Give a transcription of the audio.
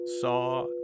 saw